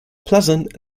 pleasant